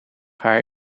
haar